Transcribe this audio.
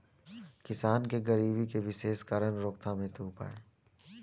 किसान के गरीबी के विशेष कारण रोकथाम हेतु उपाय?